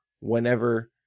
whenever